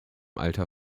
alter